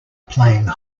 playing